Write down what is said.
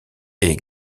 est